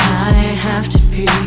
i have to pee